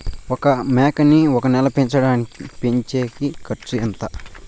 ఒక మేకని ఒక నెల పెంచేకి అయ్యే ఖర్చు ఎంత?